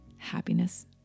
happiness